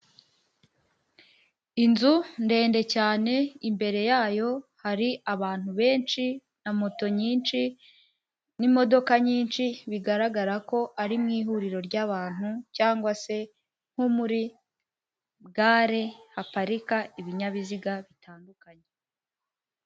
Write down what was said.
Inzu ndende cyane, imbere yayo hari abantu benshi na moto nyinshi n'imodoka nyinshi, bigaragara ko ari mu ihuriro ry'abantu cyangwa se nko muri gare, haparika ibinyabiziga bitandukanye.